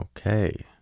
Okay